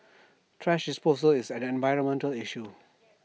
thrash disposal is an environmental issue